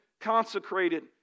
consecrated